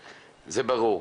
ברור.